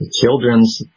children's